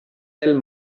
sel